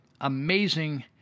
amazing